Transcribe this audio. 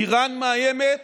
איראן מאיימת